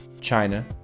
China